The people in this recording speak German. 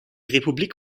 republik